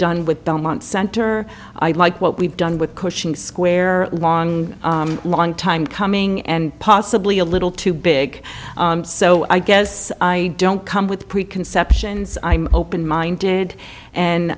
done with belmont center i like what we've done with cushing square a long long time coming and possibly a little too big so i guess i don't come with preconceptions i'm open minded and